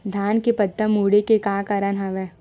धान के पत्ता मुड़े के का कारण हवय?